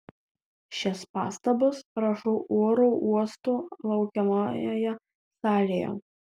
šias pastabas rašau oro uosto laukiamojoje salėje